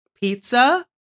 pizza